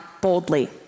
boldly